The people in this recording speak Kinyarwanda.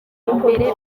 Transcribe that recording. imbere